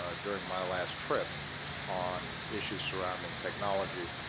during my last trip on issues surrounding technology.